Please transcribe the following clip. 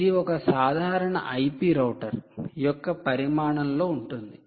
ఇది ఒక సాధారణ 'IP రౌటర్IP router" యొక్క పరిమాణం లో ఉంటుంది